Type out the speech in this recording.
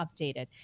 updated